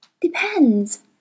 Depends